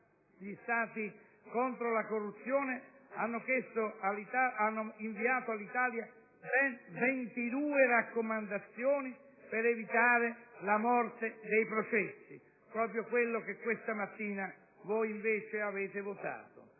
di Stati contro la corruzione ha inviato all'Italia ben 22 raccomandazioni per evitare la morte dei processi: proprio quello che questa mattina voi invece avete votato.